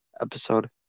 episode